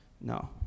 no